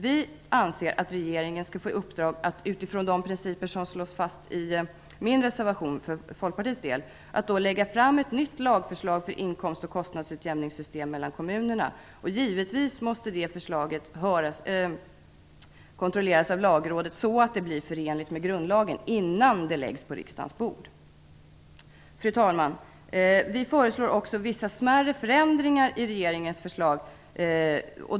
Vi anser att regeringen skall få i uppdrag att utifrån de principer som slås fast i min reservation från Folkpartiet lägga fram ett nytt lagförslag för inkomst och kostnadsutjämningssystem mellan kommunerna. Givetvis måste det förslaget kontrolleras av Lagrådet så att det blir förenligt med grundlagen innan det läggs fram på riksdagens bord. Fru talman! Vi föreslår också vissa smärre förändringar i regeringens förslag.